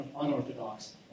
unorthodox